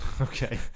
Okay